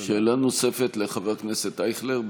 שאלה נוספת, לחבר הכנסת אייכלר.